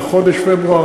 בחודש פברואר,